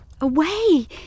away